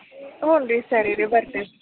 ಹ್ಞೂನ್ರಿ ಸರಿ ರಿ ಬರ್ತೀವಿ